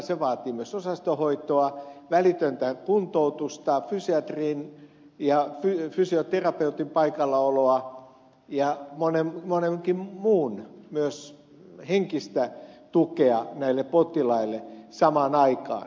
se vaatii myös osastohoitoa välitöntä kuntoutusta fysiatrin ja fysioterapeutin paikallaoloa ja monen muun myös henkistä tukea näille potilaille samaan aikaan